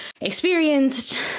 experienced